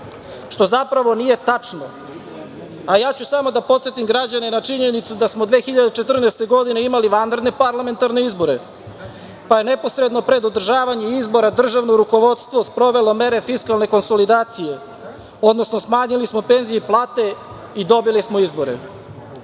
što zapravo nije tačno. Ja ću samo da podsetim građane na činjenicu da smo 2014. godine imali vanredne parlamentarne izbore, pa je neposredno pred održavanje izbora državno rukovodstvo sprovelo mere fiskalne konsolidacije, odnosno smanjili smo penzije i plate i dobili smo